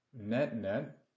Net-net